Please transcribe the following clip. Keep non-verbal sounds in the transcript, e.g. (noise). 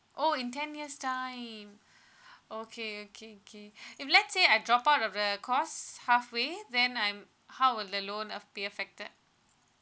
oh in ten years time (breath) okay okay okay (breath) if let's say I drop out of the course halfway then I'm how will the loan uh be affected